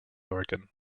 oregon